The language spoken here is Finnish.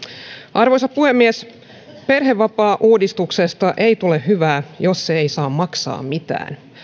arvoisa puhemies perhevapaauudistuksesta ei tule hyvää jos se ei saa maksaa mitään